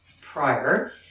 prior